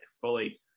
fully